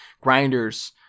grinders